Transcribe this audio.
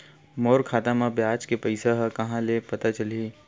मोर खाता म ब्याज के पईसा ह कहां ले पता चलही?